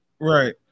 Right